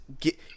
get